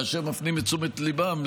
כאשר מפנים את תשומת ליבם,